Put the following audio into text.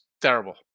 terrible